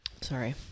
Sorry